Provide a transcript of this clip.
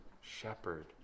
shepherd